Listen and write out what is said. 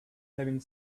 having